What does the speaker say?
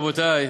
רבותי,